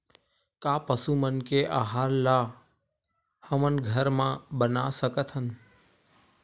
का पशु मन के आहार ला हमन घर मा बना सकथन?